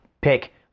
pick